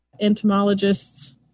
entomologists